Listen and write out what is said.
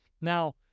Now